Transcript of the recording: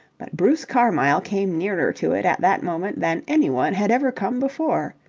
but bruce carmyle came nearer to it at that moment than anyone had ever come before.